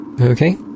Okay